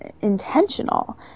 intentional